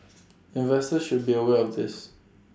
investors should be aware of this